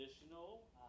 additional